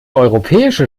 europäische